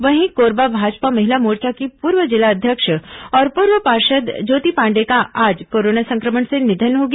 वहीं कोरबा भाजपा महिला मोर्चा की पूर्व जिला अध्यक्ष और पूर्व पार्षद ज्योति पांडेय का आज कोरोना संक्रमण से निधन हो गया